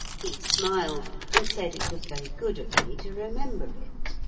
he smiled, and said it was very good of me to remember it.